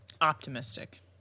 Optimistic